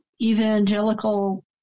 evangelical